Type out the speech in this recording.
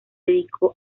dedicó